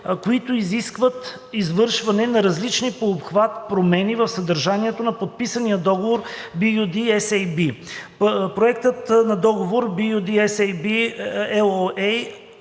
които изискват извършване на различни по обхват промени в съдържанието на подписания договор BU-D-SAB. Проектът на договор BU-D-SAB LOA